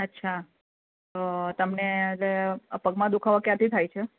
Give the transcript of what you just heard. અચ્છા તમને એટલે પગમાં દુઃખાવો ક્યારથી થાય છે